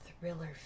thriller